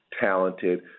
talented